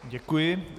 Děkuji.